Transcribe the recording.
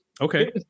okay